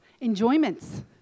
enjoyments